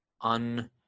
un